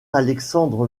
alexandre